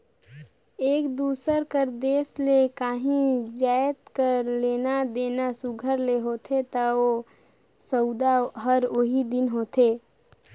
एक दूसर कर देस ले काहीं जाएत कर लेना देना सुग्घर ले होथे ता ओ सउदा हर ओही दिन होथे